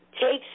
takes